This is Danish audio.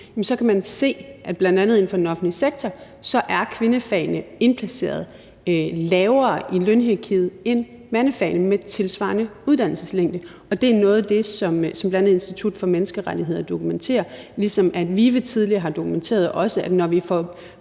så kan man se – bl.a. inden for den offentlige sektor – at kvindefagene er indplaceret lavere i lønhierarkiet end mandefagene med tilsvarende uddannelseslængde. Og det er noget af det, som bl.a. Institut for Menneskerettigheder dokumenterer, ligesom VIVE tidligere også har dokumenteret, at når vi får